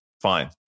fine